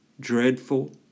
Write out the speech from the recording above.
dreadful